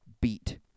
beat